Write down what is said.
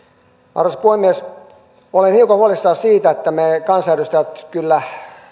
arvoisa puhemies olen hiukan huolissani siitä että me kansanedustajat kyllä